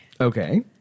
Okay